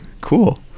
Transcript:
cool